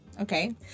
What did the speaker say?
Okay